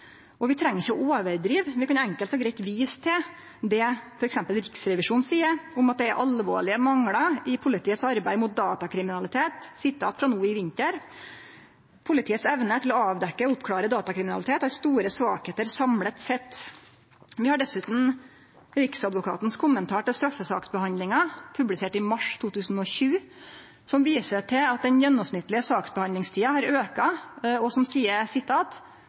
Og vi treng ikkje å overdrive, vi kan enkelt og greitt vise til det f.eks. Riksrevisjonen seier om at det er alvorlege manglar i politiets arbeid mot datakriminalitet. Sitat frå no i vinter: «Politiets evne til å avdekke og oppklare datakriminalitet har store svakheter samlet sett.» Vi har dessutan Riksadvokatens kommentar til straffesaksbehandlinga publisert i mars 2020, som viser til at den gjennomsnittlege saksbehandlingstida har auka, og: «Spesielt er